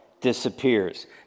disappears